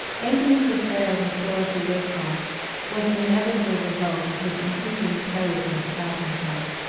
anthony's affair with dorothy raycroft was an inevitable result of his increasing carelessness about himself.